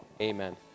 amen